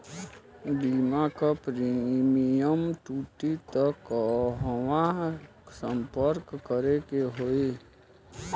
बीमा क प्रीमियम टूटी त कहवा सम्पर्क करें के होई?